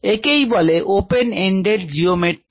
একেই বলে open ended পরিমাপ এর জিওমেট্রি